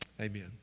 Amen